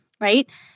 Right